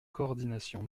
coordination